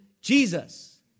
Jesus